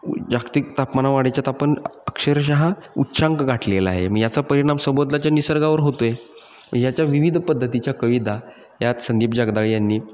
जागतिक तापमानावाढीच्यात आपण अक्षरशः हा उच्चांक गाठलेला आहे मग याचा परिणाम सबोधलाच्या निसर्गावर होतोय याच्या विविध पद्धतीच्या कविता यात संदीप जगदाळे यांनी